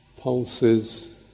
pulses